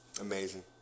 Amazing